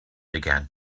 began